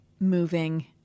moving